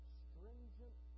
stringent